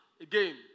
again